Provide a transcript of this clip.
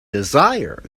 desire